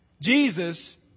Jesus